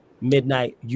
midnight